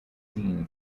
seen